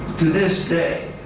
to this day,